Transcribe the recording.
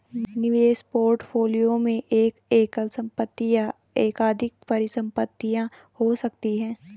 निवेश पोर्टफोलियो में एक एकल संपत्ति या एकाधिक परिसंपत्तियां हो सकती हैं